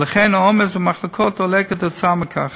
ולכן העומס במחלקות עולה, כתוצאה מכך,